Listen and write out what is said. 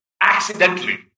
accidentally